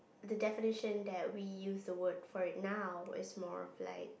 the definition that we use the word for it now is more of like